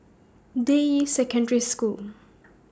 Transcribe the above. Deyi Secondary School